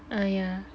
uh yeah